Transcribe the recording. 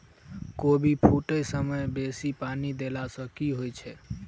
कोबी फूटै समय मे बेसी पानि देला सऽ की होइ छै?